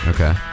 Okay